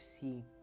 see